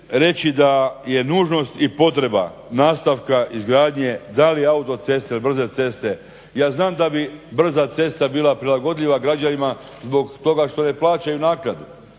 reći da je nužnost i potreba nastavka izgradnje da li autoceste ili brze ceste, ja znam da bi brza cesta bila prilagodljiva građanima zbog toga što ne plaćaju naknadu,